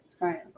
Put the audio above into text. Right